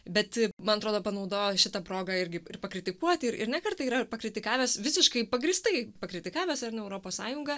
bet man atrodo panaudojo šitą progą irgi pakritikuoti ir ir ne kartą yra ir pakritikavęs visiškai pagrįstai pakritikavęs ar ne europos sąjungą